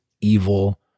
evil